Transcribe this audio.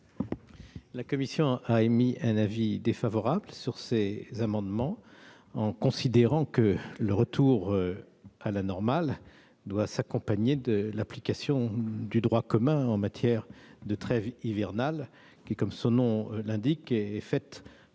La commission a émis un avis défavorable sur ces amendements, considérant que le retour à la normale doit s'accompagner de l'application du droit commun en matière de trêve hivernale : celle-ci, comme son nom l'indique, est faite